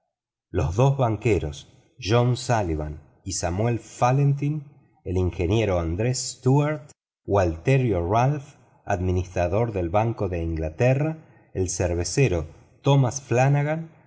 los dos banqueros john sullivan y samuel fallentin el ingeniero andrés stuart gualterio ralph administrador del banco de inglaterra el cervecero tomás